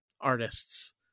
artists